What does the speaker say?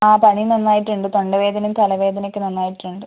ആ പനി നന്നായിട്ടുണ്ട് തൊണ്ടവേദനയും തലവേദനയും ഒക്കെ നന്നായിട്ടുണ്ട്